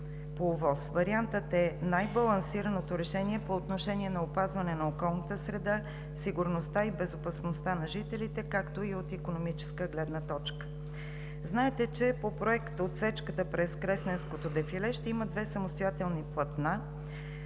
Вариантът е най-балансираното решение по отношение на опазване на околната среда, сигурността и безопасността на жителите, както и от икономическа гледна точка. Знаете, че по проект отсечката през Кресненското дефиле ще има две самостоятелни платна.